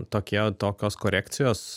tokie tokios korekcijos